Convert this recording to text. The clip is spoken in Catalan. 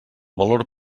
valor